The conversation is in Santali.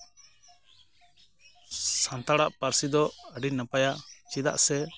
ᱥᱟᱱᱛᱟᱲᱟᱜ ᱯᱟᱹᱨᱥᱤ ᱫᱫ ᱟᱹᱰᱤ ᱱᱟᱯᱟᱭᱟ ᱪᱮᱫᱟᱜ ᱥᱮ